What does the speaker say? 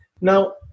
now